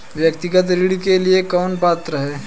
व्यक्तिगत ऋण के लिए कौन पात्र है?